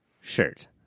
shirt